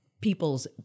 people's